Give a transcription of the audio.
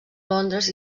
londres